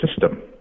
system